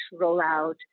rollout